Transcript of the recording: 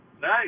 Nice